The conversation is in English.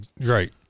Right